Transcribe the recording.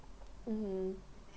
mmhmm